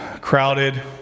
crowded